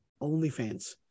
OnlyFans